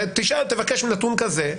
תשאל, תבקש נתון כזה.